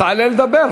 בבקשה, תעלה לדבר.